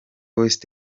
west